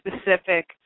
specific